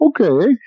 Okay